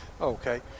Okay